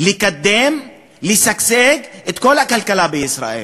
לקדם ולשגשג את כל הכלכלה בישראל,